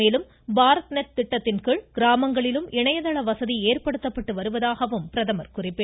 மேலும் பாரத் நெட் திட்டத்தின் கீழ் கிராமங்களிலும் இணையதள வசதி ஏற்படுத்தப்பட்டு வருவதாக பிரதமர் குறிப்பிட்டார்